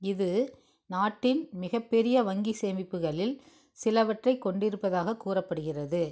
இது நாட்டின் மிகப்பெரிய வங்கி சேமிப்புகளில் சிலவற்றைக் கொண்டிருப்பதாகக் கூறப்படுகிறது